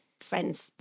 friends